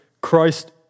Christ